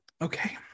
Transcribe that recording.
Okay